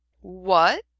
What